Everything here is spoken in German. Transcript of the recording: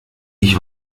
ich